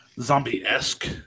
zombie-esque